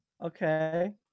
Okay